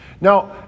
Now